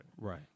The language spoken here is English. Right